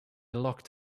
locked